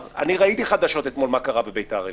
ראיתי בחדשות אתמול את מה שקרה בבית"ר עילית,